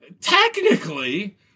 Technically